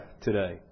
today